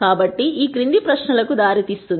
కాబట్టి ఇది క్రింది ప్రశ్నలకు దారి తీస్తుంది